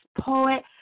poet